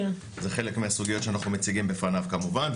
זה חלק מהסוגיות שאנחנו מציגים בפניו כמובן,